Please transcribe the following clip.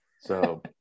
So-